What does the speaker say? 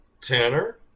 Tanner